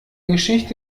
geschichte